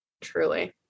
Truly